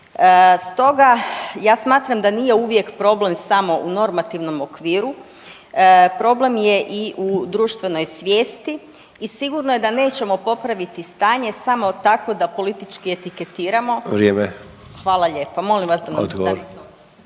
Stoga ja smatram da nije uvijek problem samo u normativnom okviru, problem je i u društvenoj svijesti i sigurno je da nećemo popraviti stanje samo tako da politički etiketiramo…/Upadica: